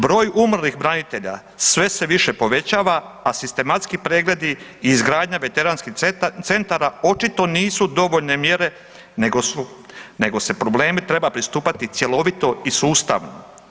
Broj umrlih branitelja sve se više povećava, a sistematski pregledi i izgradnja veterinarskih centara očito nisu dovoljne mjere, nego se problemu treba pristupati cjelovito i sustavno.